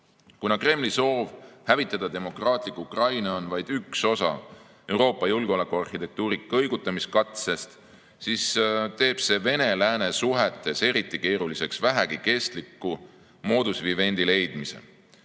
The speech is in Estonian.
Kremli soov hävitada demokraatlik Ukraina on vaid üks osa Euroopa julgeolekuarhitektuuri kõigutamise katsest, siis teeb see Vene-lääne suhetes eriti keeruliseks vähegi kestlikumodus vivendileidmise.